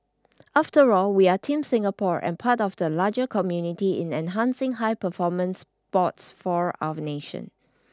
after all we are team Singapore and part of the larger community in enhancing high performance sports for our nation